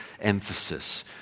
emphasis